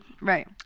right